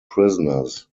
prisoners